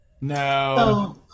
No